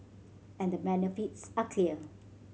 and the benefits are clear